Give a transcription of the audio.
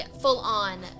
full-on